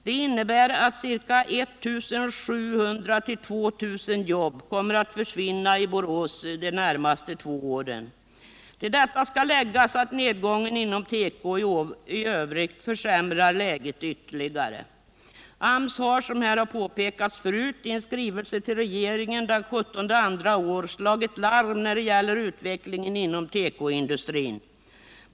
Det innebär att I 700 ä 2 000 jobb kommer att försvinna i Borås under de närmaste åren. Till detta skall läggas att nedgången inom teko i övrigt försämrar läget ytterligare. AMS har i skrivelse till regeringen den 17 februari i år slagit larm när det gäller utvecklingen inom tekoindustrin.